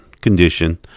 condition